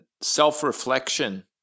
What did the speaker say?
self-reflection